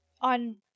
on